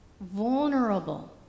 vulnerable